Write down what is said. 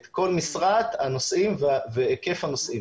את כל משרעת הנושאים והיקף הנושאים.